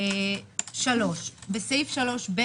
בסעיף 3ב,